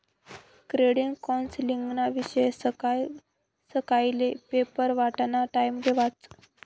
credit कौन्सलिंगना विषयी सकाय सकायले पेपर वाटाना टाइमले वाचं